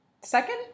Second